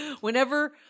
Whenever